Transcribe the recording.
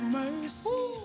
mercy